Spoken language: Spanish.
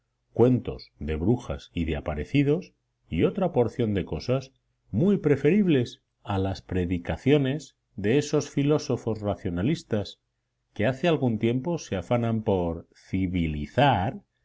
cuentos de brujas y de aparecidos y otra porción de cosas muy preferibles a las predicaciones de esos filósofos racionalistas que hace algún tiempo se afanan por civilizar